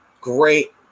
great